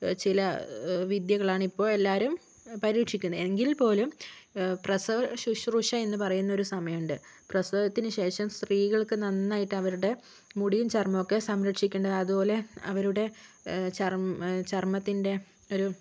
ചില വിദ്യകളാണിപ്പോൾ എല്ലാവരും പരീക്ഷിക്കുന്നത് എങ്കിൽ പോലും പ്രസവ ശുശ്രുഷ എന്ന പറയുന്നൊരു സമയമുണ്ട് പ്രസവത്തിന് ശേഷം സ്ത്രീകൾക്ക് നന്നായിട്ട് അവരുടെ മുടിയും ചർമ്മവുമൊക്കെ സംരക്ഷിക്കേണ്ടത് അതുപോലെ അവരുടെ ചർമം ചർമ്മത്തിൻ്റെ ഒരു